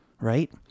right